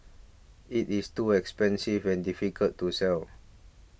it is too expensive and difficult to sell